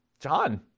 John